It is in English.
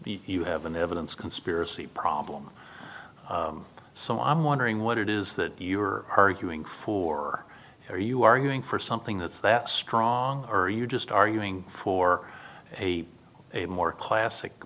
you have an evidence conspiracy problem so i'm wondering what it is that you're arguing for or are you arguing for something that's that strong are you just arguing for a more classic